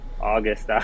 August